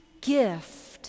gift